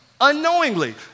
unknowingly